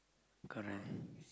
correct